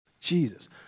Jesus